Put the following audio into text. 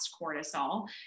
cortisol